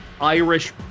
Irish